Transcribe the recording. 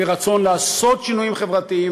ורצון לעשות שינויים חברתיים,